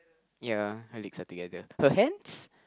ya her legs are together her hands